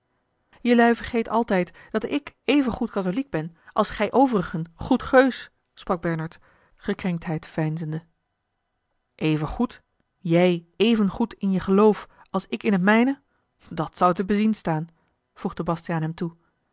jelui vergeet altijd dat ik even goed katholiek ben als gij overigen goed geus sprak bernard gekrenktheid veinzende even goed jij even goed in je geloof als ik in t mijne dàt zou te bezien staan voegde bastiaan hem toe